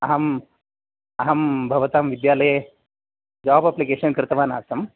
अहं अहं भवतां विद्यालये जोब् एप्लीकेशन् कृतवान् आसम्